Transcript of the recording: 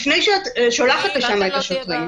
לפני שאת שולחת לשם את השוטרים,